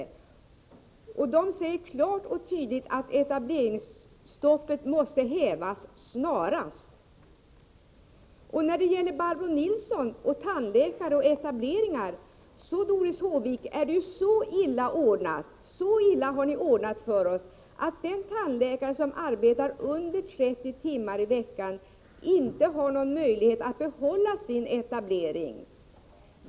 Förbundet säger klart och tydligt att etableringsstoppet måste hävas snarast. Vad beträffar Barbro Nilsson, tandläkare och moderat osv., så, Doris Håvik, har ni ju ordnat det så illa för oss att den tandläkare som arbetar mindre än 30 timmar i veckan inte har någon möjlighet att behålla sin etablering.